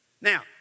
Now